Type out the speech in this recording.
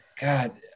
god